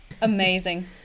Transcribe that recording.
Amazing